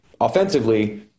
offensively